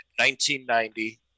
1990